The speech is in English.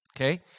okay